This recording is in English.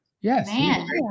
Yes